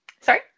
sorry